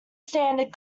standard